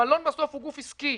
המלון בסוף הוא גוף עסקי.